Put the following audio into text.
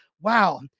wow